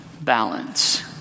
Balance